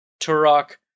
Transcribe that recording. Turok